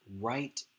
right